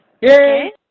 Yay